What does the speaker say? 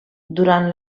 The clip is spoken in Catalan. durant